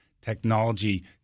technology